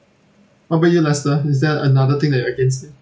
what about you lester is there another thing that you're against it